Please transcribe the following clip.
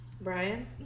Brian